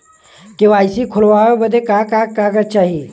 KYC खोलवावे बदे का का कागज चाही?